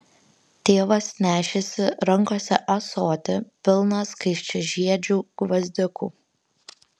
tėvas nešėsi rankose ąsotį pilną skaisčiažiedžių gvazdikų